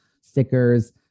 stickers